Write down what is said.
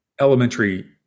elementary